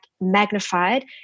magnified